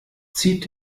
zieht